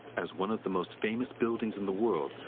as one of the most famous buildings in the world,